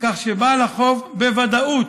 כך שבעל החוב בוודאות